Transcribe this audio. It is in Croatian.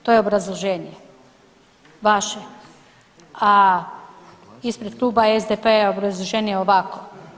To je obrazloženje vaše, a ispred kluba SDP-a je obrazloženje ovakvo.